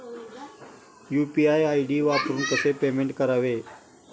UPI ID वापरून कसे payment करावे?